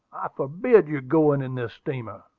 i forbid your going in this steamer.